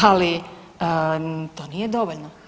Ali to nije dovoljno.